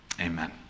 Amen